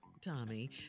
Tommy